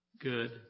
Good